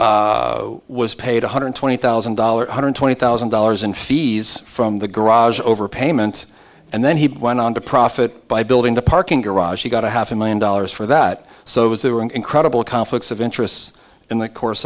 guy was paid one hundred twenty thousand dollars one hundred twenty thousand dollars in fees from the garage over payment and then he went on to profit by building the parking garage he got a half a million dollars for that so it was there were incredible conflicts of interests in the course